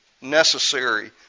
necessary